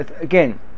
Again